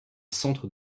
centre